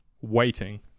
waiting